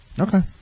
Okay